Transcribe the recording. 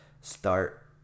start